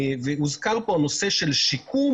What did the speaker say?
הוזכר פה הנושא של שיקום.